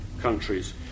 countries